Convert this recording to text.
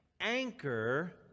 anchor